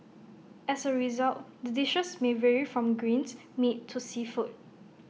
as A result the dishes may vary from greens meat to seafood